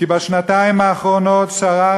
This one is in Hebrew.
כי בשנתיים האחרונות שרר